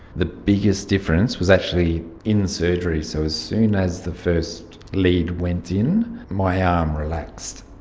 the biggest difference was actually in surgery, so as soon as the first lead went in, my arm relaxed.